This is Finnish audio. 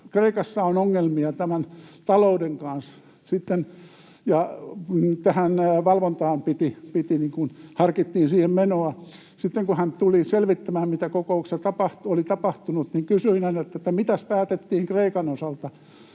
Kreikassa on ongelmia talouden kanssa ja harkittiin siihen valvontaan menoa. Sitten kun hän tuli selvittämään, mitä kokouksessa oli tapahtunut, kysyin häneltä, että mitäs päätettiin Kreikan osalta.